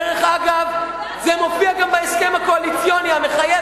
דרך אגב, זה מופיע גם בהסכם הקואליציוני המחייב.